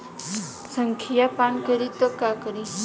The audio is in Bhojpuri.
संखिया पान करी त का करी?